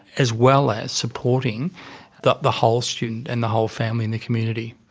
as well as supporting the the whole student and the whole family in the community.